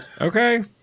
Okay